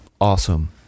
awesome